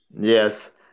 Yes